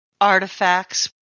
artifacts